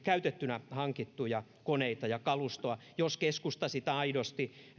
käytettynä hankittuja koneita ja kalustoa jos keskusta sitä aidosti